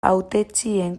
hautetsien